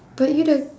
but you don't